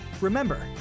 Remember